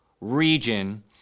region